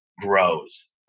grows